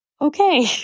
Okay